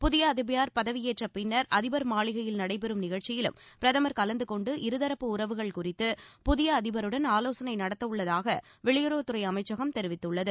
புதிய அதிபர் பதவியேற்ற பின்னர் அதிபர் மாளிகையில் நடைபெறும் நிகழ்ச்சியிலும் பிரதமர் கலந்து கொண்டு இருதரப்பு உறவுகள் குறித்து புதிய அதிபருடன் ஆலோசனை நடத்தவுள்ளதாக வெளியுறவுத் துறை அமைச்சகம் தெரிவித்துள்ளது